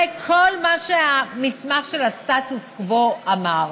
זה כל מה שהמסמך של הסטטוס קוו אמר.